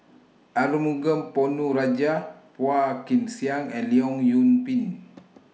Arumugam Ponnu Rajah Phua Kin Siang and Leong Yoon Pin